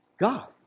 God